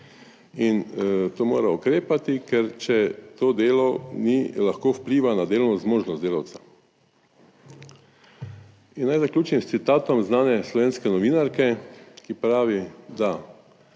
in to mora ukrepati, ker če to delo ni, lahko vpliva na delovno zmožnost delavca. In naj zaključim s citatom znane slovenske novinarke, ki pravi, da